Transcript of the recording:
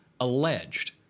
alleged